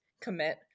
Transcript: commit